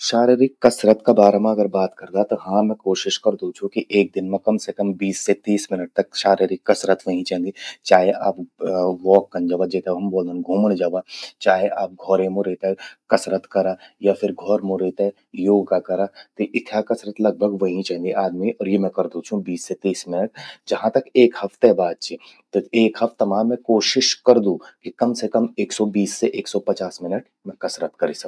शारीरीक कसरत का बारा मां बात करदा त हां मैं कोशिश करदू छूं कि एक दिन मां कम से कम बीस से तीस मिनट तक शारीरीक कसरत व्हयीं चेंदि। चाहे आप वॉक कन जवा, जेते हम ब्वोलदन घूमण जवा। चाहे आप घौरे मूं रे ते कसरत करा । या फिर घौर मूं रे ते योगा करा। त इथ्या कसरत लगभग व्हयीं चेंदि आदमी और यो मैं करदूं छूं बीस से तीस मिनट। जहां तक एक हफ्ते बात चि, त एक हफ्ता मां मैं कोशिश करदू कि कम से कम एक सौ बीस से एक सौ पचास मिनट मैं कसरत करि सक।